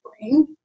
bring